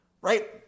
right